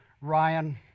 Ryan